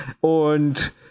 Und